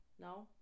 no